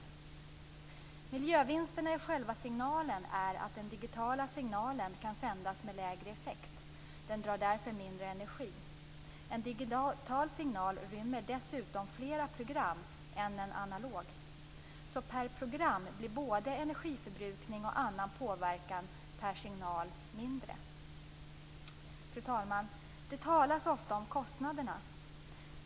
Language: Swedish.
Miljövinsten i själva signalen är att den digitala signalen kan sändas med lägre effekt. Den drar därför mindre energi. En digital signal rymmer dessutom flera program än en analog, så per program blir både energiförbrukning och annan påverkan per signal mindre. Fru talman! Det talas också om kostnaderna.